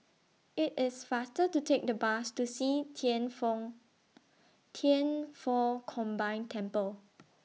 IT IS faster to Take The Bus to See Thian Foh Thian Foh Combined Temple